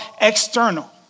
external